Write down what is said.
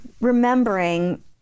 remembering